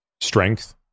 Strength